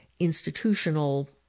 Institutional